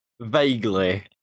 vaguely